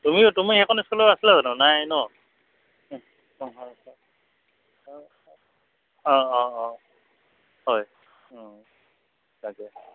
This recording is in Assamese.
তুমিও তুমি সেইখন স্কুলৰ আছিলা জানো নাই নহ্ অঁ অঁ অঁ হয় অঁ তাকে অঁ